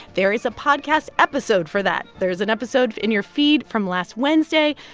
there is a podcast episode for that. there's an episode in your feed from last wednesday.